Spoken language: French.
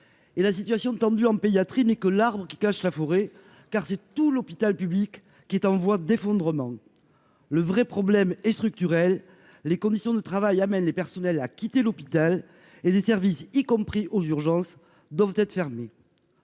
et la situation tendue en pédiatrie n'est que l'arbre qui cache la forêt car c'est tout l'hôpital public qui est en voie d'effondrement, le vrai problème est structurel, les conditions de travail amène les personnels a quitter l'hôpital et des services, y compris aux urgences doivent être fermés